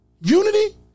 Unity